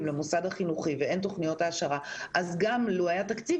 למוסד החינוכי ואין תוכניות העשרה אז גם אילו היה תקציב